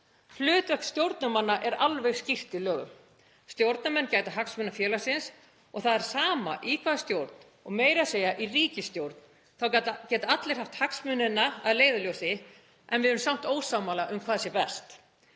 Hlutverk stjórnarmanna er alveg skýrt í lögum. Stjórnarmenn gæta hagsmuna félagsins og það er sama í hvaða stjórn — meira að segja í ríkisstjórn geta allir haft hagsmunina að leiðarljósi en verið samt ósammála um hvað sé best.